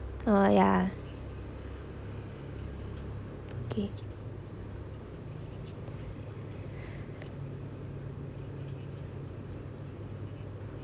uh yeah